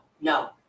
no